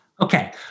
Okay